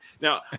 Now